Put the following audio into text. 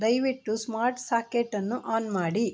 ದಯವಿಟ್ಟು ಸ್ಮಾರ್ಟ್ ಸಾಕೆಟನ್ನು ಆನ್ ಮಾಡಿ